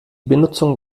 benutzung